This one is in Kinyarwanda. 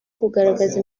kugaragaza